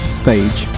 stage